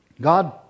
God